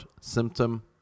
symptom